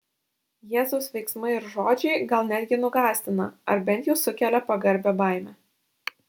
jėzaus veiksmai ir žodžiai gal netgi nugąsdina ar bent jau sukelia pagarbią baimę